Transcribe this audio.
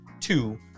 Two